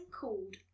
called